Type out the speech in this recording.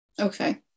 Okay